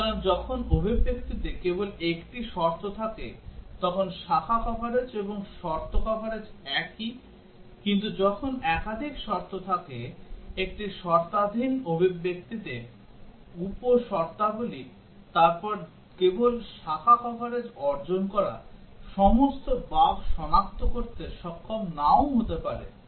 সুতরাং যখন অভিব্যক্তিতে কেবল একটি শর্ত থাকে তখন শাখা কভারেজ এবং শর্ত কভারেজ একই কিন্তু যখন একাধিক শর্ত থাকে একটি শর্তাধীন অভিব্যক্তিতে উপ শর্তাবলী তারপর কেবল শাখা কভারেজ অর্জন করা সমস্ত বাগ সনাক্ত করতে সক্ষম নাও হতে পারে